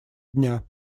дня